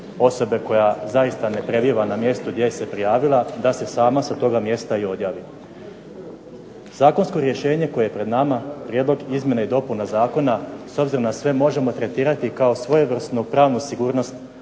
osobe koja zaista ne prebiva na mjestu gdje se prijavila da se sama sa toga mjesta i odjavi. Zakonsko rješenje koje je pred nama prijedlog izmjena i dopuna zakona s obzirom na sve možemo tretirati kao svojevrsnu pravnu sigurnost